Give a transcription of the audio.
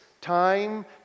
time